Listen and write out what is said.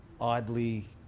oddly